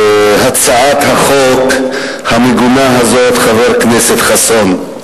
להצעת החוק המגונה הזאת, חבר הכנסת חסון.